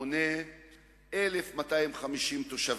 המונה 1,250 תושבים.